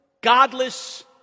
godless